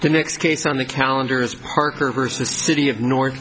the next case on the calendar is parker vs the city of north